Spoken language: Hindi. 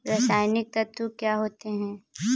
रसायनिक तत्व क्या होते हैं?